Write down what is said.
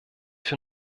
für